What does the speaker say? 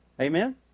Amen